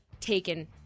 taken